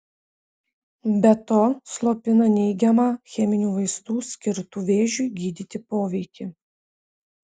be to slopina neigiamą cheminių vaistų skirtų vėžiui gydyti poveikį